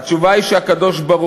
"התשובה היא שהקדוש-ברוך-הוא,